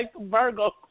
Virgo